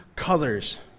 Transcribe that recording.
colors